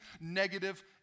negative